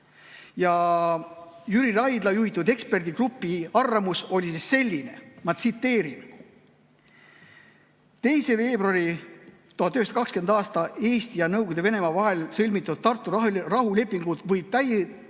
Ja Jüri Raidla juhitud eksperdigrupi arvamus oli selline: 2. veebruaril 1920. aastal Eesti ja Nõukogude Venemaa vahel sõlmitud Tartu rahulepingut võib täiesti